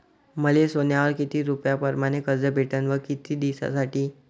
मले सोन्यावर किती रुपया परमाने कर्ज भेटन व किती दिसासाठी?